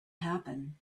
happen